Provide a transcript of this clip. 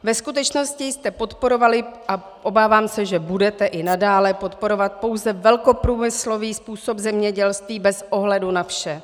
Ve skutečnosti jste podporovali, a obávám se, že budete i nadále podporovat, pouze velkoprůmyslový způsob zemědělství bez ohledu na vše.